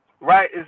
Right